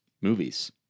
movies